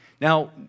Now